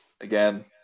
Again